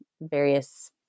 various